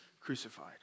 crucified